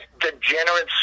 degenerate